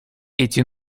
эти